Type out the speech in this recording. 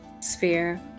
sphere